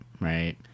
right